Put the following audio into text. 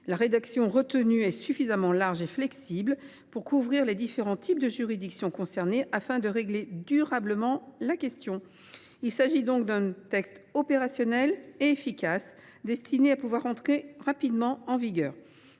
La rédaction retenue est suffisamment large et flexible pour couvrir les différents types de juridictions concernés, afin de régler durablement la question. Il s’agit donc d’un texte opérationnel et efficace, destiné à entrer rapidement en vigueur.